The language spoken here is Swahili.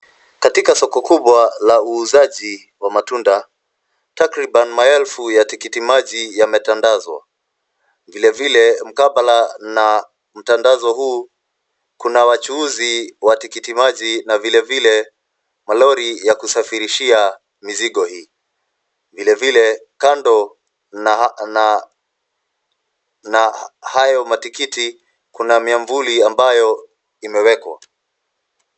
Katika soko kubwa la uuzaji wa matunda, takriban maelfu ya tikiti maji yametandazwa. Vile vile, mkabala na mtandazo huu, kuna wachuuzi wa tikiti maji na vile vile malori ya kusafirishia mizigo hii. Vile vile, kando na hayo matikiti kuna miavuli ambayo imewekwa.